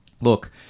Look